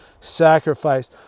sacrifice